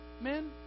men